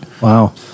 Wow